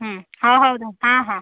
ହଉ ହଁ ହଁ